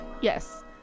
yes